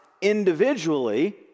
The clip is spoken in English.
individually